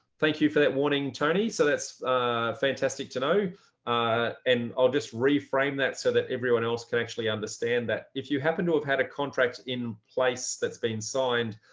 thank you for that warning, tony. so that's fantastic to know. ah and i'll just reframe that so that everyone else can actually understand that. if you happen to have had a contract in place that's been signed,